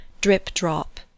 drip-drop